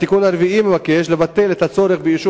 התיקון הרביעי נועד לבטל את הצורך באישור